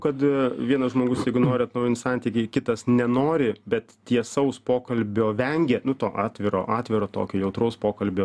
kad vienas žmogus jeigu nori atnaujint santykį kitas nenori bet tiesaus pokalbio vengia nu to atviro atviro tokio jautraus pokalbio